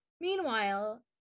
Meanwhile